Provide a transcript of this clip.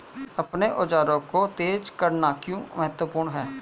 अपने औजारों को तेज करना क्यों महत्वपूर्ण है?